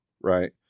right